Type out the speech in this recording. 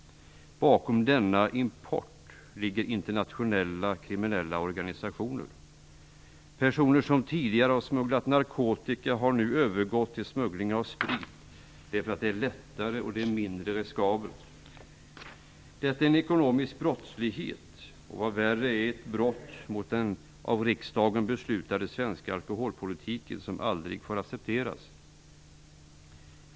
Bakom denna import ligger internationella kriminella organisationer. Personer som tidigare har smugglat narkotika har nu övergått till smuggling av sprit därför att det är lättare och mindre riskabelt. Detta är en ekonomisk brottslighet och, vad värre är, ett brott mot den av riksdagen beslutade svenska alkoholpolitiken som aldrig får accepteras.